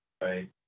Right